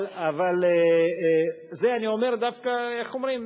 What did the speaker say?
אבל את זה אני אומר, איך אומרים?